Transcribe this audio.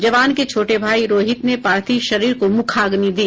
जवान के छोटे भाई रोहित ने पार्थिव शरीर को मुखाग्नि दी